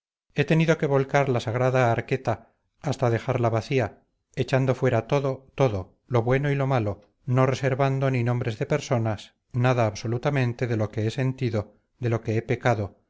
he tenido que volcar la sagrada arqueta hasta dejarla vacía echando fuera todo todo lo bueno y lo malo no reservando ni nombres de personas nada absolutamente de lo que he sentido de lo que he pecado